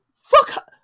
Fuck